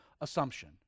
assumption